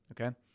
Okay